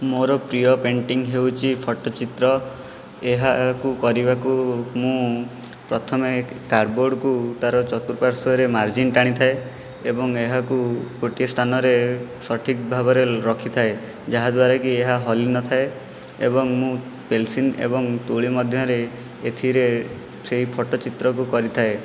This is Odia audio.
ମୋର ପ୍ରିୟ ପେଣ୍ଟିଂ ହେଉଛି ଫଟୋଚିତ୍ର ଏହାକୁ କରିବାକୁ ମୁଁ ପ୍ରଥମେ କାର୍ଡ଼ବୋର୍ଡ଼କୁ ତାର ଚତୁପାର୍ଶ୍ଵରେ ମାର୍ଜିନ୍ ଟାଣିଥାଏ ଏବଂ ଏହାକୁ ଗୋଟିଏ ସ୍ଥାନରେ ସଠିକ୍ ଭାବରେ ରଖିଥାଏ ଯାହାଦ୍ୱାରାକି ଏହା ହଲିନଥାଏ ଏବଂ ମୁଁ ପେଲସିନ ଏବଂ ତୁଳି ମଧ୍ୟରେ ଏଥିରେ ସେହି ଫଟୋଚିତ୍ରକୁ କରିଥାଏ